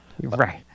Right